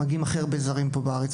מגיעים הכי הרבה זרים לארץ,